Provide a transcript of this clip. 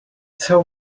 tell